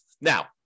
Now